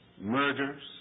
murders